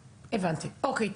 אוקיי.